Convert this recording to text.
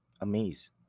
amazed